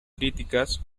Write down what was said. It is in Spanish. críticas